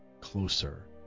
closer